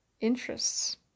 interests